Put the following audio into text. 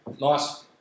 Nice